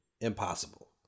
impossible